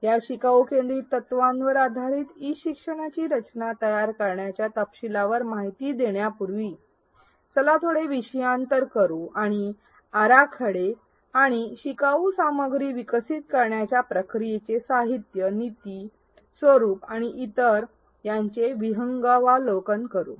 या शिकाऊ केंद्रीत तत्त्वांवर आधारित ई शिक्षणाची रचना तयार करण्याच्या तपशिलावर माहिती देण्यापूर्वी चला थोडे विषयांतर करूआणि आराखडे आणि शिकाऊ सामग्री विकसित करण्याच्या प्रक्रियेचे साहित्य नीती स्वरूप आणि इतर यांचे विहंगावलोकन करू